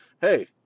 Hey